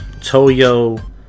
Toyo